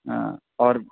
ہاں اور